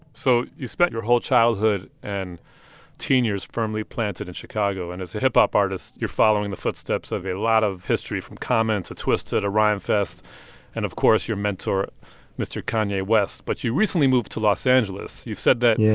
so you spent your whole childhood and teen years firmly planted in chicago. and as a hip-hop artist, you're following the footsteps of a lot of history from common to twista to rhymefest and, of course, your mentor mr. kanye west. but you recently moved to los angeles. you said that. yeah.